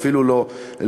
אפילו לא לניצן,